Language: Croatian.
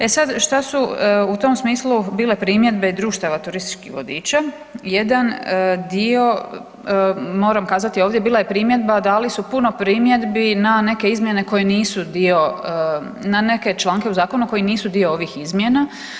E sad šta su u tom smislu bile primjedbe i društava turističkih vodiča, moram kazati ovdje bila je primjedba dali su puno primjedbi na neke izmjene koje nisu dio na neke članke u zakonu koji nisu dio ovih izmjena.